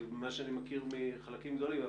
וממה שאני מכיר מחלקים גדולים ---.